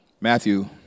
Matthew